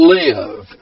live